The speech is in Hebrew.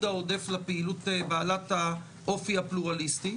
העודף לפעילות בעלת האופי הפלורליסטי,